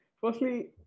Firstly